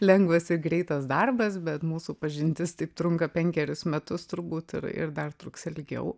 lengvas ir greitas darbas bet mūsų pažintis taip trunka penkerius metus turbūt ir dar truks ilgiau